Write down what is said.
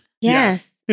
Yes